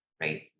right